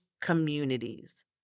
communities